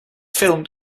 filmed